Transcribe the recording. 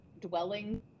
dwelling